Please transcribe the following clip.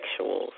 sexuals